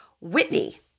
Whitney